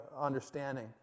understanding